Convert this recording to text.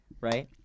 right